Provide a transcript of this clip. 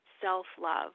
self-love